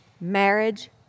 marriage